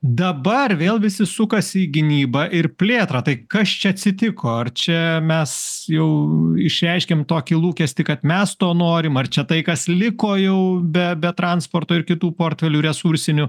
dabar vėl visi sukasi į gynybą ir plėtrą tai kas čia atsitiko ar čia mes jau išreiškėm tokį lūkestį kad mes to norim ar čia tai kas liko jau be be transporto ir kitų portfelių resursinių